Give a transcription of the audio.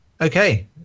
Okay